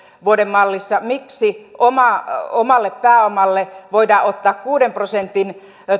vuoden mallissa miksi omalle pääomalle voidaan ottaa kuuden prosentin